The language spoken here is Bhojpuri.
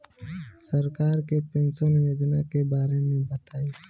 सरकार के पेंशन योजना के बारे में बताईं?